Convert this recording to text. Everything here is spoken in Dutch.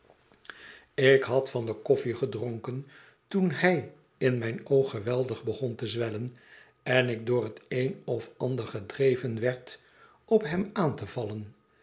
ik had van de koffie gedronken toen hij in mijn oog geweldig begon te zwellen en ik door het een of ander gedreven werd op hem aan te vallen